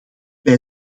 bij